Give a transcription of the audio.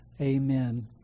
amen